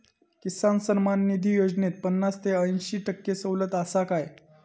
किसान सन्मान निधी योजनेत पन्नास ते अंयशी टक्के सवलत आसा काय?